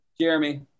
Jeremy